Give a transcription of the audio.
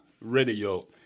radio